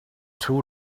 too